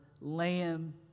lamb